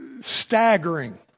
staggering